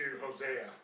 Hosea